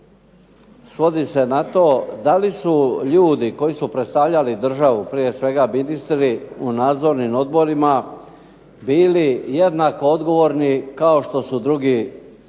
svodi se na to da li su ljudi koji su predstavljali državu, prije svega ministri, u nadzornim odborima bili jednako odgovorni kao što su drugi građani